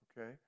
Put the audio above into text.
okay